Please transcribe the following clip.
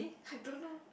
I don't know